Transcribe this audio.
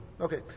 Okay